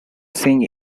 sing